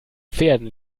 pferden